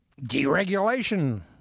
deregulation